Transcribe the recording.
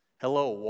Hello